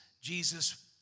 Jesus